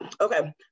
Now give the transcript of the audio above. okay